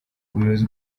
ubuyobozi